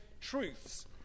truths